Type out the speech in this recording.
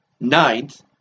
ninth